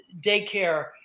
daycare